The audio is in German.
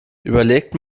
überlegt